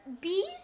bees